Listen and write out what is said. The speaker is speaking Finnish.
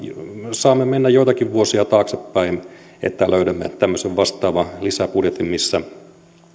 saamme mennä joitakin vuosia taaksepäin että löydämme tämmöisen vastaavan lisäbudjetin missä